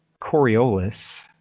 Coriolis